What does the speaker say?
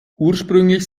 ursprünglich